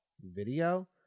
video